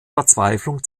verzweiflung